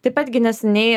taip pat gi neseniai